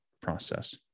process